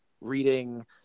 reading